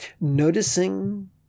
noticing